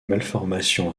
malformation